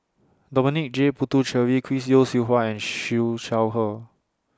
Dominic J Puthucheary Chris Yeo Siew Hua and Siew Shaw Her